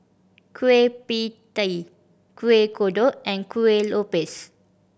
Kueh Pie Tee Kuih Kodok and Kueh Lopes